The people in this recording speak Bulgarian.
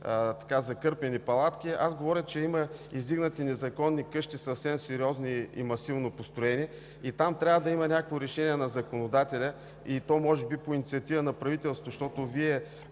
закърпени палатки, аз говоря, че има издигнати съвсем сериозни и масивно построени незаконни къщи и там трябва да има някакво решение на законодателя, и то може би по инициатива на правителството,